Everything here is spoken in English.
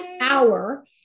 hour